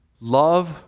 Love